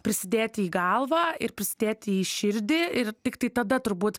prisidėti į galvą ir prisidėti į širdį ir tiktai tada turbūt